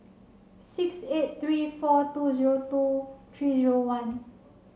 six eight three four two zero two three zero one